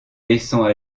laissant